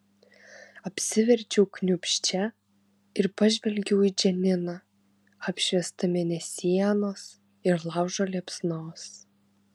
apsiverčiau kniūbsčia ir pažvelgiau į džaniną apšviestą mėnesienos ir laužo liepsnos